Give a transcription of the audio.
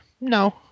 No